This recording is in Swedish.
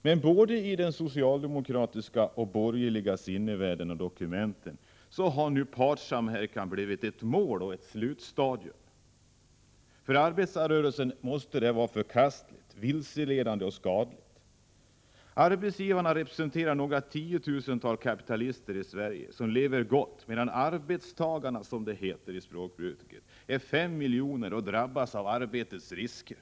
Men både i den socialdemokratiska och i den borgerliga sinnevärlden har partssamverkan nu blivit ett mål och ett slutstadium. För arbetarrörelsen måste detta vara förkastligt, vilseledande och skadligt. Arbetsgivarna i Sverige representerar några tiotusental kapitalister som lever gott, medan arbetstagarna — som det heter enligt det gängse språkbruket — är 5 miljoner människor som drabbas av arbetets risker.